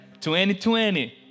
2020